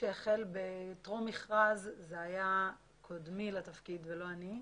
שהחל בטרום מכרז, זה היה קודמי לתפקיד ולא אני.